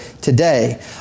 today